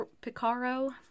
Picaro